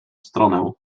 stronę